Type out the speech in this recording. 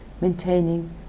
maintaining